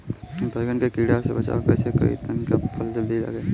बैंगन के कीड़ा से बचाव कैसे करे ता की फल जल्दी लगे?